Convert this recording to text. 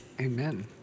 Amen